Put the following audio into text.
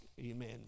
Amen